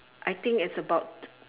I think it's about